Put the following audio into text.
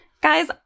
guys